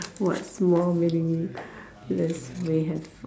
what small meaningless way have